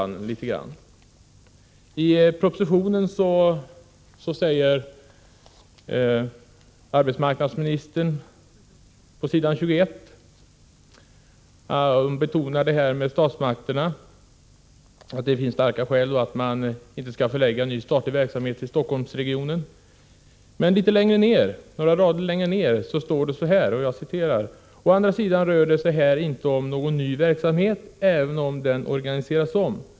På S. 21 i propositionen betonar arbetsmarknadsministern att det finns starka skäl för att man inte skall förlägga en ny statlig verksamhet till Stockholmsregionen. Men några rader längre ned heter det: ”Å andra sidan rör det sig här inte om någon ny verksamhet även om den organiseras om.